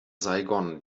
saigon